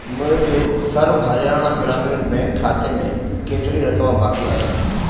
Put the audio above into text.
मुंहिंजे सर्व हरियाणा ग्रामीण बैंक खाते में केतिरी रक़म बाक़ी आहे